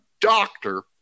doctor